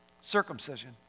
circumcision